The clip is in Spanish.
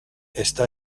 está